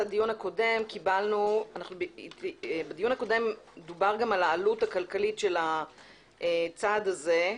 בדיון הקודם דובר גם על העלות הכלכלית של הצעד הזה.